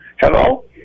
Hello